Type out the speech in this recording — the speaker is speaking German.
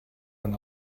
man